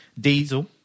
Diesel